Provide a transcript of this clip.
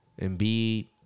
Embiid